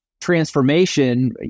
transformation